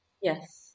Yes